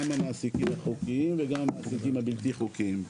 גם החוקיים וגם המעסיקים הבלתי חוקיים,